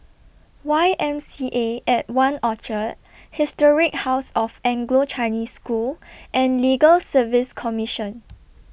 Y M C A At one Orchard Historic House of Anglo Chinese School and Legal Service Commission